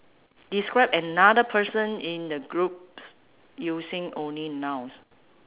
describe another person in the group using only nouns